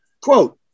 quote